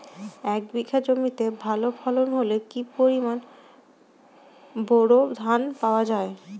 এক বিঘা জমিতে ভালো ফলন হলে কি পরিমাণ বোরো ধান পাওয়া যায়?